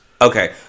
Okay